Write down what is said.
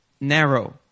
narrow